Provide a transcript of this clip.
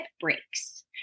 breaks